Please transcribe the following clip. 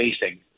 facing